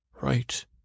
right